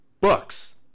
books